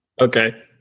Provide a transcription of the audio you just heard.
Okay